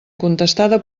contestada